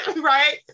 right